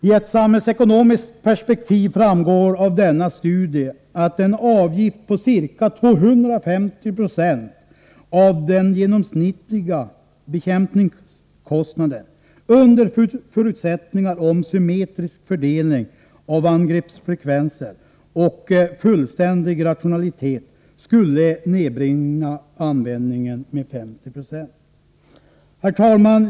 I ett samhällsekonomiskt perspektiv skulle — framgår det av denna studie — en avgift på ca 250 26 av den genomsnittliga bekämpningskostnaden, under förutsättning av symmetrisk fördelning av angreppsfrekvenser och fullständig rationalitet, nedbringa användningen med 50 96. Herr talman!